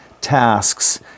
tasks